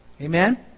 Amen